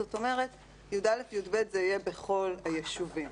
זאת אומרת י"א-י"ב זה יהיה בכל היישובים.